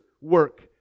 work